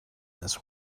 this